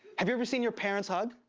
have you ever seen your parents hug?